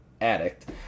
addict